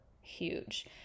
huge